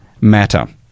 matter